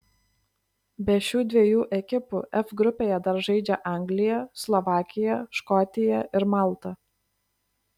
be šių dviejų ekipų f grupėje dar žaidžia anglija slovakija škotija ir malta